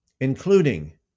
including